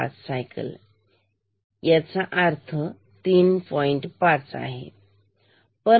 5 cycle आहे याचा अर्थ खरी फ्रिक्वेन्सी ही आहे 3